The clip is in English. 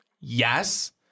Yes